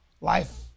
Life